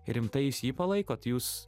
rimtai jūs jį palaikot jūs